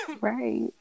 Right